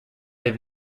have